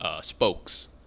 spokes